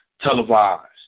televised